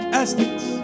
estates